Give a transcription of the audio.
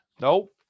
Nope